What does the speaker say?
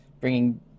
bringing